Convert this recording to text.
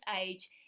age